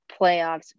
playoffs